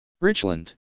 Richland